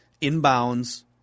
inbounds